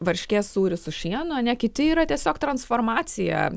varškės sūris su šienu ane kiti yra tiesiog transformacija